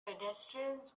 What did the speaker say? pedestrians